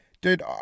Dude